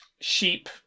sheep